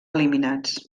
eliminats